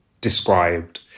described